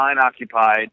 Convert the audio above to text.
occupied